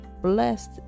Blessed